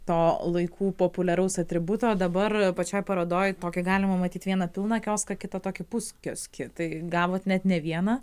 to laikų populiaraus atributo dabar pačioj parodoj tokį galima matyt vieną pilną kioską kitą tokį puskioskį tai gavot net ne vieną